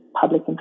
public